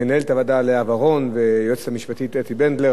למנהלת הוועדה לאה ורון וליועצת המשפטית אתי בנדלר